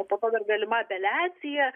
o po to dar galima apeliacija